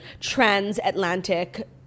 Transatlantic